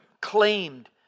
claimed